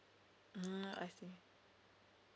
mm I see